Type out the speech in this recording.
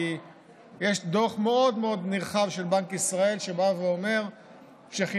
כי יש דוח מאוד מאוד נרחב של בנק ישראל שבא ואומר שחינוך